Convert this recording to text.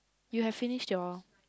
you have finished your